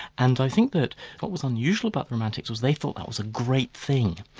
and i think that what was unusual about romantics was they thought that was a great thing.